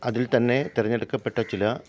അതില്ത്തന്നെ തെരഞ്ഞെടുക്കപ്പെട്ട ചില